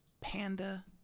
Panda